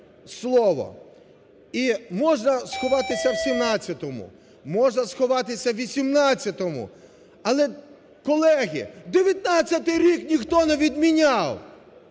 І можна сховатися в 17-му, можна сховатися у 18-му. Але, колеги, 19-й рік ніхто не відміняв!